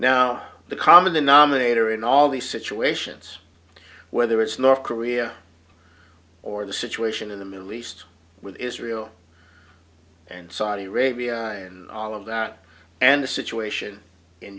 now the common denominator in all these situations whether it's north korea or the situation in the middle east with israel and saudi arabia and all of that and the situation in